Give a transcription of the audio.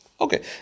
Okay